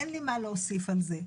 אין לי מה להוסיף על זה.